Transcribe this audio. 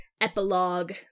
epilogue